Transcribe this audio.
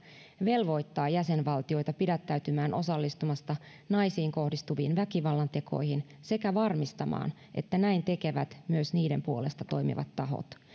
velvoittaa jäsenvaltioita pidättymään osallistumasta naisiin kohdistuviin väkivallantekoihin sekä varmistamaan että näin tekevät myös niiden puolesta toimivat tahot